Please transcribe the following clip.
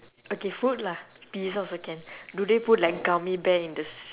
okay food lah pizza also can do they put like gummy bear in the